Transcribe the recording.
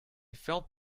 felt